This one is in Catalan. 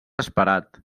esperat